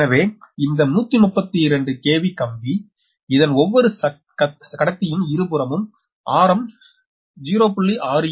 எனவே இந்த 132 KV கம்பி இதன் ஒவ்வாரு கத்தியின் இருபுறமும் ஆரம் 0